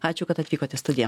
ačiū kad atvykot į studiją